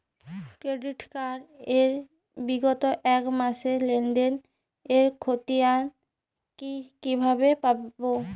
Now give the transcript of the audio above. Credit card এর বিগত এক মাসের লেনদেন এর ক্ষতিয়ান কি কিভাবে পাব?